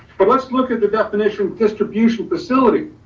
but let's look at the definition of distribution facility,